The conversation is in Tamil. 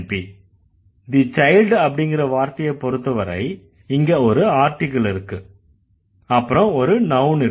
the child அப்படிங்கற வார்த்தையைப் பொருத்தவரை இங்க ஒரு ஆர்ட்டிகிள் இருக்கு அப்புறம் ஒரு நவ்ன் இருக்கு